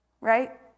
right